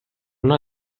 una